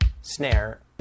snare